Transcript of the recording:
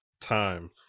time